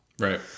right